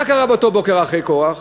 מה קרה באותו בוקר אחרי קורח?